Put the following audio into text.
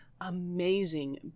amazing